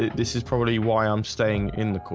this is probably why i'm staying in the